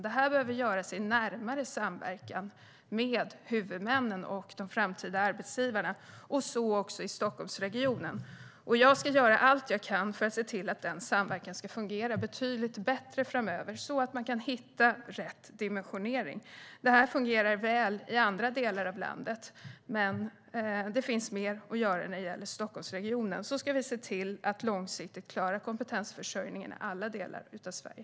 Det behöver göras i närmare samverkan med huvudmännen och de framtida arbetsgivarna, så också i Stockholmsregionen. Jag ska göra allt jag kan för att se till att denna samverkan ska fungera betydligt bättre framöver så att man kan hitta rätt dimensionering. Det fungerar väl i andra delar av landet, men det finns mer att göra när det gäller Stockholmsregionen. Så ska vi se till att långsiktigt klara kompetensförsörjningen i alla delar av Sverige.